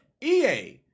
EA